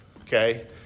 Okay